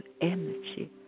energy